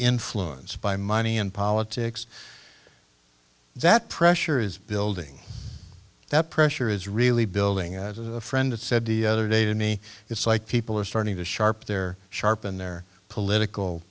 influence by money and politics that pressure is building that pressure is really building a friend said the other day to me it's like people are starting to sharp their sharpen their political